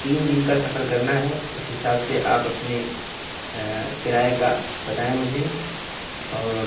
تین دن کا سفر کرنا ہے اس حساب سے آپ اپنے کرائے کا بتائیں مجھے اور